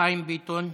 חיים ביטון.